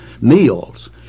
meals